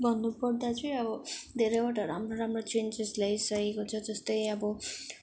भन्नुपर्दा चाहिँ अब धेरैवटा राम्रो राम्रो चेन्जेन्स ल्याइसकेको छ जस्तै अब